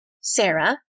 Sarah